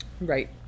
Right